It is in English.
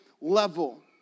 level